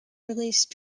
released